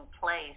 place